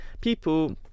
people